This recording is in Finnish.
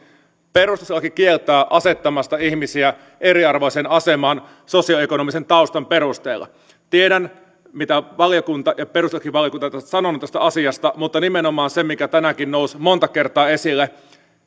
perustuslaki kieltää asettamasta ihmisiä eriarvoiseen asemaan sosioekonomisen taustan perusteella tiedän mitä valiokunta ja perustuslakivaliokunta ovat sanoneet tästä asiasta mutta tässä on nimenomaan se mikä tänäänkin nousi monta kertaa esille että